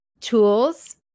tools